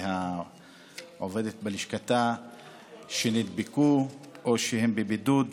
והעובדת בלשכתה שנדבקו או שהם בבידוד,